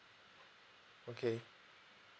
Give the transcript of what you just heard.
okay